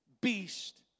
beast